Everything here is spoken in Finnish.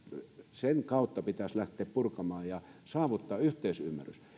sen kautta pitäisi lähteä purkamaan ja saavuttaa yhteisymmärrys